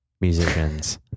musicians